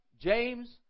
James